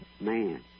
man